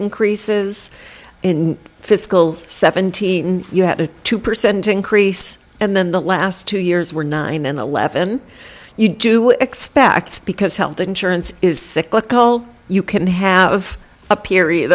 increases in fiscal seventeen you had a two percent increase and then the last two years were nine and eleven you do expect because health insurance is cyclical you can have a period